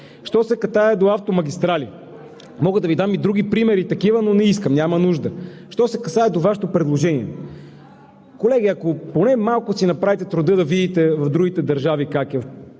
Що се касае до автомагистралите, мога да Ви дам и други такива примери, но не искам, няма нужда. Що се касае до Вашето предложение, колеги, ако поне малко си направите труда да видите как е в другите държави,